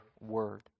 word